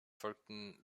folgten